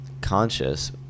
Conscious